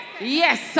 Yes